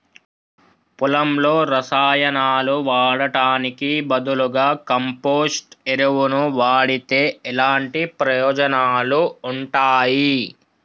పొలంలో రసాయనాలు వాడటానికి బదులుగా కంపోస్ట్ ఎరువును వాడితే ఎలాంటి ప్రయోజనాలు ఉంటాయి?